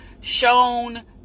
shown